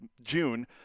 June